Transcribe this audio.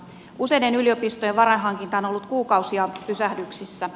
useiden yliopistojen varainhankinta on ollut kuukausia pysähdyksissä